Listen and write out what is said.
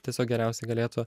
tiesiog geriausiai galėtų